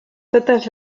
totes